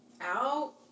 out